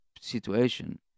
situation